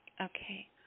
Okay